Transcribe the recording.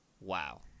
Wow